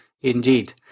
Indeed